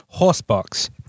Horsebox